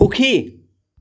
সুখী